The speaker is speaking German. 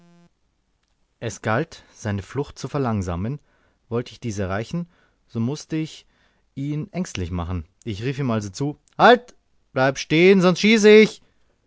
es galt seine flucht zu verlangsamen wollte ich dies erreichen so mußte ich ihn ängstlich machen ich rief ihm also zu halt bleib stehen sonst schieße ich